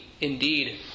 indeed